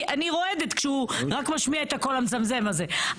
כי אני רועדת כשהוא רק משמיע את הקול המזמזם הזה.